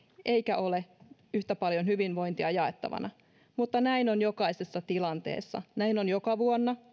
eikä ole yhtä paljon hyvinvointia jaettavana mutta näin on jokaisessa tilanteessa näin on joka vuonna